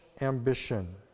Ambition